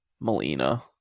melina